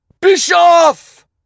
Bischoff